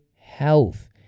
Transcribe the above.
health